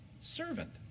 servant